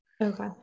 Okay